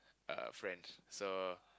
uh friends so